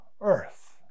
earth